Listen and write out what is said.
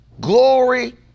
Glory